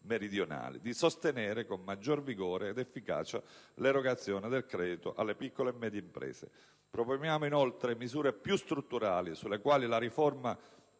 meridionali, di sostenere con maggior vigore ed efficacia l'erogazione del credito alle piccole e medie imprese. Proponiamo, inoltre, misure più strutturali, quali la riforma